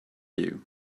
you